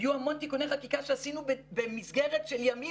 היו המון תיקוני חקיקה שעשינו במסגרת של ימים